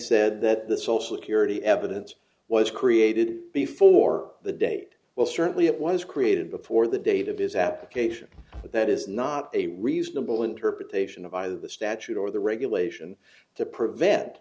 said that the social security evidence was created before the date well certainly it was created before the date of his application but that is not a reasonable interpretation of either the statute or the regulation to prevent